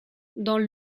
dans